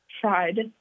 tried